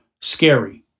scary